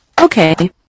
Okay